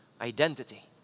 identity